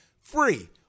Free